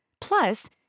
Plus